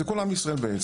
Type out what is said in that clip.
זה כל עם ישראל בעצם,